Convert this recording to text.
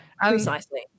precisely